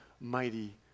Mighty